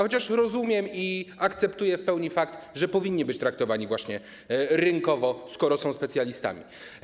Chociaż rozumiem i akceptuję w pełni fakt, że powinni być traktowani właśnie rynkowo, skoro są specjalistami.